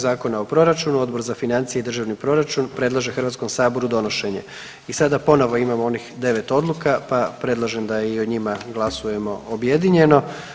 Zakona o proračunu, Odbor za financije i državni proračun predlaže Hrvatskom saboru donošenje i sada ponovno imamo onih 9 odluka pa predlažem da i o njima glasujemo objedinjeno.